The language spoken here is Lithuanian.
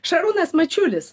šarūnas mačiulis